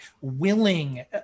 willing